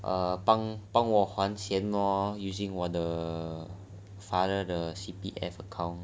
uh 帮帮我还钱 lor using 我 father 的 C_P_F account